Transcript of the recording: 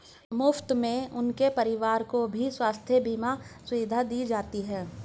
मुफ्त में उनके परिवार को भी स्वास्थ्य बीमा सुविधा दी जाती है